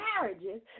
marriages